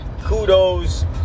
Kudos